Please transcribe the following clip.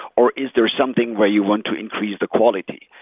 or is there something where you want to increase the quality?